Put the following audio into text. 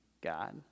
God